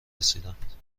رسیدند